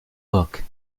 book